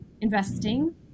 investing